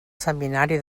seminari